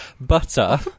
Butter